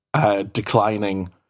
declining